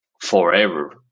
forever